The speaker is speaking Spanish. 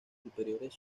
superiores